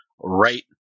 right